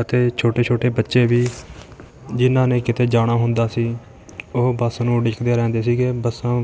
ਅਤੇ ਛੋਟੇ ਛੋਟੇ ਬੱਚੇ ਵੀ ਜਿਨ੍ਹਾਂ ਨੇ ਕਿਤੇ ਜਾਣਾ ਹੁੰਦਾ ਸੀ ਉਹ ਬੱਸ ਨੂੰ ਉਡੀਕਦੇ ਰਹਿੰਦੇ ਸੀਗੇ ਬੱਸਾਂ